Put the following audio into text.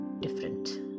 different